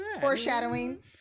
foreshadowing